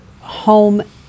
home